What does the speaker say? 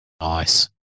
Nice